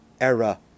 era